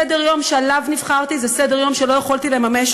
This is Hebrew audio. סדר-היום שעליו נבחרתי היה סדר-יום שלא יכולתי לממש.